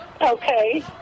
Okay